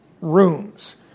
rooms